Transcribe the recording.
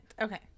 Okay